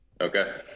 Okay